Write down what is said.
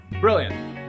Brilliant